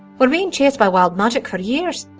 were being chased by wild magic for years.